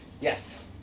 Yes